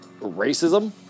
racism